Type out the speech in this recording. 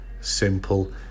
simple